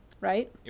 Right